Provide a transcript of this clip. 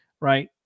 right